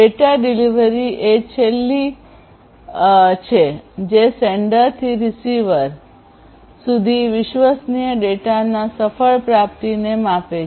data delivery એ છેલ્લી છે જે સેન્ડર થી રીસીવર પ્રેષકથી પ્રાપ્તકર્તા સુધી વિશ્વસનીય ડેટાના સફળ પ્રાપ્તિને માપે છે